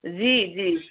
جی جی